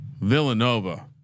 Villanova